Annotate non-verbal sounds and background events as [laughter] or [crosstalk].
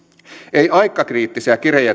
ei aikakriittisiä kirjeitä [unintelligible]